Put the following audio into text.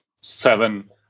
seven